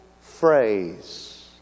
phrase